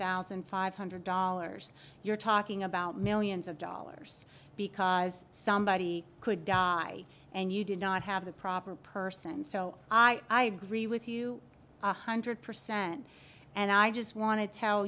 thousand five hundred dollars you're talking about millions of dollars because somebody could die and you do not have the proper person so i agree with you one hundred percent and i just want to tell